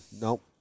Nope